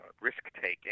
risk-taking